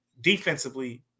defensively